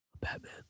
Batman